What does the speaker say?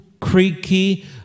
creaky